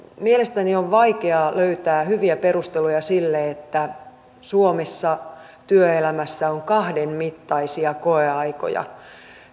mielestäni on vaikeaa löytää hyviä perusteluja sille että suomessa työelämässä on kahdenmittaisia koeaikoja